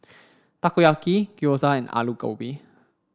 Takoyaki Gyoza and Alu Gobi